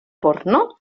porno